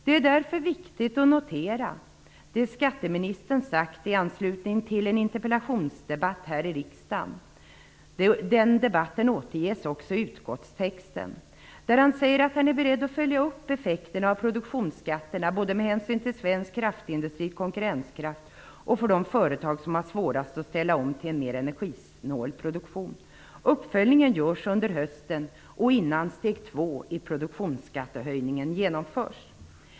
Därför är det viktigt att notera vad skatteministern sagt i anslutning till en interpellationsdebatt här i riksdagen. Den debatten återges i utskottstexten. Skatteministern säger där att han är beredd att följa upp effekterna av produktionsskatterna med hänsyn både till svensk kraftindustris konkurrenskraft och till de företag som har svårast att ställa om till en energisnålare produktion. Uppföljningen görs under hösten och innan steg 2 i produktionsskattehöjningen genomförs.